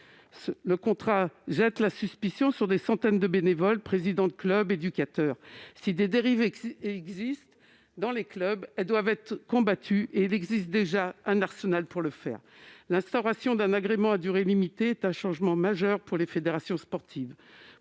républicain jette la suspicion sur des centaines de bénévoles, présidents de club et éducateurs. Si des dérives existent dans les clubs, elles doivent être combattues et nous disposons déjà d'un arsenal pour le faire. L'instauration d'un agrément à durée limitée est un changement majeur pour les fédérations sportives.